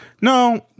no